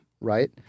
right